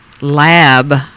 lab